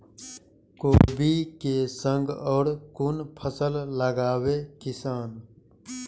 कोबी कै संग और कुन फसल लगावे किसान?